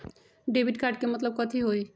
Debit card के मतलब कथी होई?